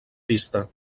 pista